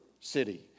city